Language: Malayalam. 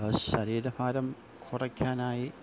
ശരീരഭാരം കുറയ്ക്കാനായി